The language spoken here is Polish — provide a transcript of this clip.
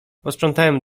posprzątałem